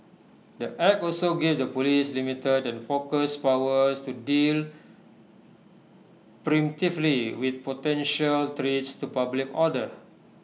the act also gives the Police limited and focused powers to deal preemptively with potential threats to public order